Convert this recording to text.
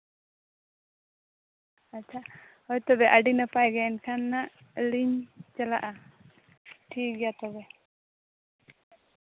ᱟᱪᱪᱷᱟ ᱦᱳᱭ ᱛᱚᱵᱮ ᱟᱹᱰᱤ ᱱᱟᱯᱟᱭ ᱜᱮ ᱮᱱᱠᱷᱟᱱ ᱦᱟᱸᱜ ᱞᱤᱧ ᱪᱟᱞᱟᱜᱼᱟ ᱴᱷᱤᱠᱜᱮᱭᱟ ᱛᱚᱵᱮ